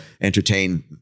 entertain